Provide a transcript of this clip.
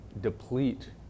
deplete